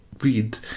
read